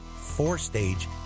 four-stage